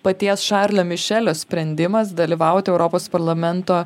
paties šarlio mišelio sprendimas dalyvauti europos parlamento